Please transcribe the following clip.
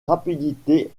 rapidité